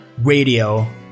radio